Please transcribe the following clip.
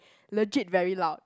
legit very loud